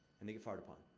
and they get fired upon.